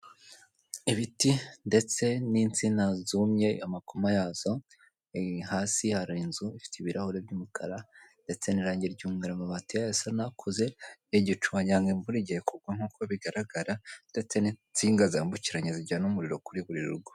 Ibiti ndetse n'insina zumye amakoma yazo hasi hari inzu ifite ibirahuri by'umukara ndetse n'irange ry'umweru, amabati yayo asa n'akuze n'igicu wagira ngo imvura igiye kugwa nkuko bigaragara ndetse n'insinga zambukiranya zijyana umuriro kuri buri rugo.